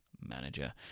manager